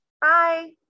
Bye